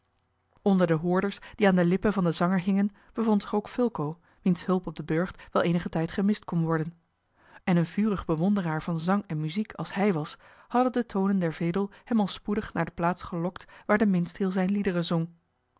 onder de hoorders die aan de lippen van den zanger hingen bevond zich ook fulco wiens hulp op den burcht wel eenigen tijd gemist kon worden en een vurig bewonderaar van zang en muziek als hij was hadden de tonen der vedel hem al spoedig naar de plaats gelokt waar de minstreel zijne liederen zong